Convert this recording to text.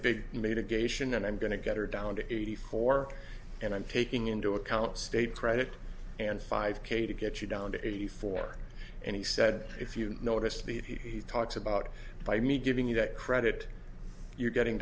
geisha and i'm going to get her down to eighty four and i'm taking into account state credit and five k to get you down to eighty four and he said if you noticed that he talks about by me giving you that credit you're getting